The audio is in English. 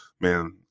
man